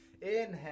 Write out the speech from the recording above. Inhale